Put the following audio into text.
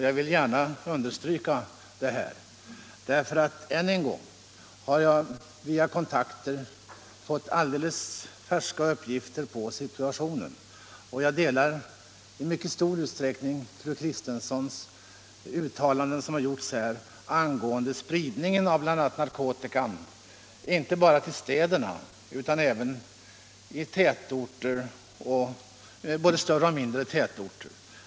Jag vill gärna framhålla detta uttryck därför att jag än en gång via kontakter har fått alldeles färska uppgifter om situationen, och jag delar i mycket stor utsträckning fru Kristenssons uppfattning angående bl.a. spridningen av narkotikan inte bara till städerna utan även till andra större och mindre tätorter.